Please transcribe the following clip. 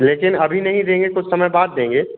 लेकिन अभी नहीं देंगे कुछ समय बाद देंगे